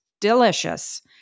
delicious